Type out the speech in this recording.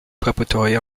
preparatory